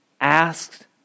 asked